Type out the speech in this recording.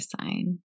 sign